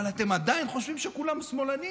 אבל אתם עדיין חושבים שכולם שמאלנים.